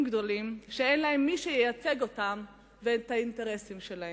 גדולים שאין מי שייצג אותם ואת האינטרסים שלהם.